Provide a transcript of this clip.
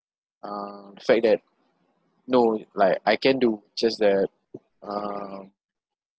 um the fact that no like I can do just that um